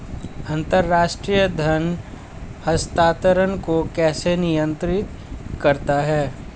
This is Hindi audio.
अंतर्राष्ट्रीय धन हस्तांतरण को कौन नियंत्रित करता है?